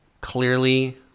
clearly